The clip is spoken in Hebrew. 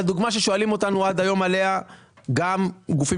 ששואלים אותנו עד היום עליה גם גופים